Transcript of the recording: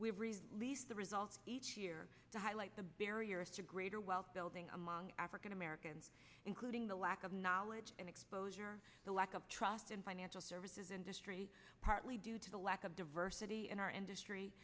least the results each year to highlight the barriers to greater wealth building among african americans including the lack of knowledge and exposure the lack of trust in financial services industry partly due to the lack of diversity in our industry